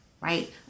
right